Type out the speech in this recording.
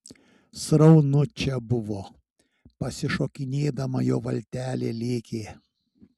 sraunu čia buvo pasišokinėdama jo valtelė lėkė